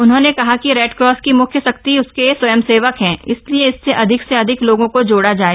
उन्होंने कहा कि रेडक्रॉस की मुख्य शक्ति उसके स्वयंसेवक हैं इसलिये इससे अधिक से अधिक लोगों को जोड़ा जाय